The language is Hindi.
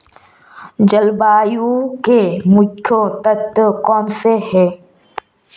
जलवायु के मुख्य तत्व कौनसे हैं?